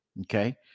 okay